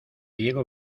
diego